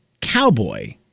Cowboy